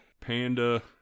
panda